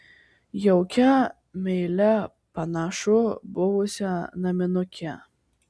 jaukią meilią panašu buvusią naminukę